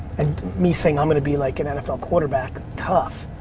and me saying i'm gonna be like an nfl quarterback, tough.